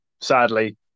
sadly